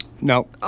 No